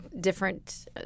different –